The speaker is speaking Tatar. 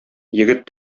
егет